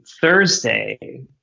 Thursday